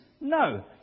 No